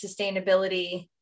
sustainability